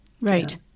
Right